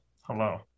hello